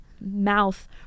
mouth